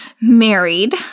Married